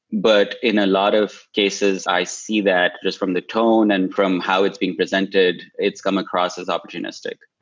but in a lot of cases, i see that just from the tone and from how it's being presented, it's come across as opportunistic.